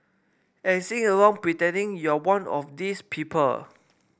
and sing along pretending you're one of these people